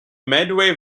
medway